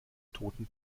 toten